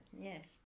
yes